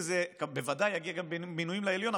וזה בוודאי יגיע למינויים בעליון,